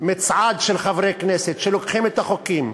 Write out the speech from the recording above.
מצעד של חברי כנסת שלוקחים את החוקים,